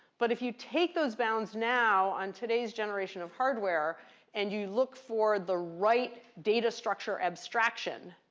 but if you take those bounds now on today's generation of hardware and you look for the right data structure abstraction,